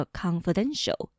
confidential